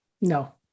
No